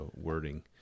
wording